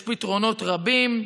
יש פתרונות רבים,